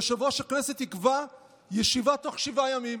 יושב-ראש הכנסת יקבע ישיבה בתוך שבעה ימים.